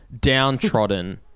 downtrodden